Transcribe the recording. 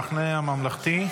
המחנה הממלכתי?